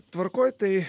tvarkoj tai